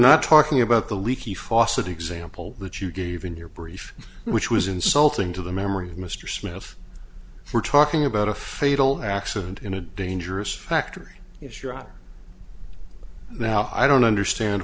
not talking about the leaky faucet example that you gave in your brief which was insulting to the memory of mr smith for talking about a fatal accident in a dangerous factory if you're out now i don't understand